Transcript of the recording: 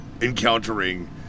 encountering